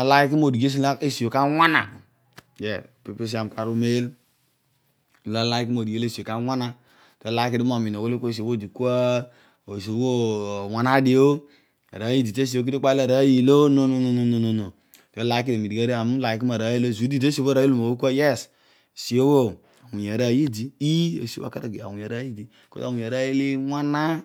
aliki modigh esi bho ka ana opo peesi bho aami maar umeel obho bho ezoor uliki dio molo esi bho owa dio awuny arooy olo iwana